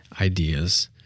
ideas